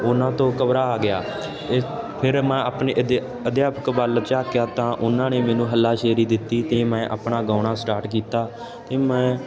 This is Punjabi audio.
ਉਹਨਾਂ ਤੋਂ ਘਬਰਾ ਗਿਆ ਅਤੇ ਫਿਰ ਮੈਂ ਆਪਣੇ ਅਧਿ ਅਧਿਆਪਕ ਵੱਲ ਝਾਕਿਆ ਤਾਂ ਉਹਨਾਂ ਨੇ ਮੈਨੂੰ ਹੱਲਾਸ਼ੇਰੀ ਦਿੱਤੀ ਅਤੇ ਮੈਂ ਆਪਣਾ ਗਾਉਣਾ ਸਟਾਰਟ ਕੀਤਾ ਅਤੇ ਮੈਂ